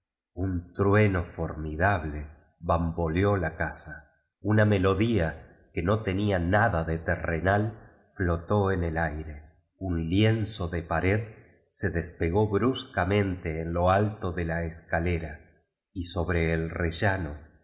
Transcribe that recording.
un truena formidable bamboleó jo casa lina melodía que mi ten ín nuda de terrenal hotó en el aire un lienzo de pared se des pego bruscamente en lo alio de la escalera sobre el rellano muy